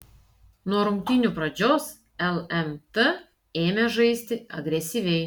nuo rungtynių pradžios lmt ėmė žaisti agresyviai